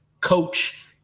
coach